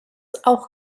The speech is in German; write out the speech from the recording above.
auch